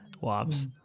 Wops